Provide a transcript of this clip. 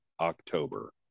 October